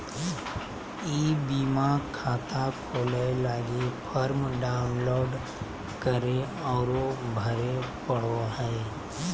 ई बीमा खाता खोलय लगी फॉर्म डाउनलोड करे औरो भरे पड़ो हइ